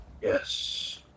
Yes